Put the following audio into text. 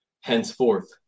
henceforth